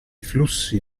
flussi